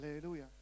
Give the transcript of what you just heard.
Hallelujah